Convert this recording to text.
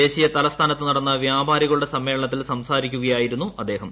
ദേശീയ തലസ്ഥാനത്തു നടന്ന വ്യാപാരികളുടെ സമ്മേളനത്തിൽ സംസാരിക്കുകയായിരുന്നു അദ്ദേഹം